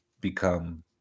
become